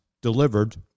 delivered